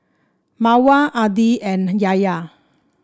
Mawar Adi and Yahya